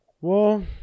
Well-